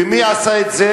ומי עשה את זה?